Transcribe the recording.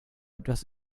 etwas